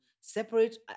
separate